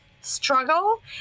struggle